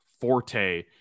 forte